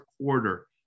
quarter